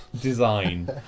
design